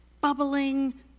bubbling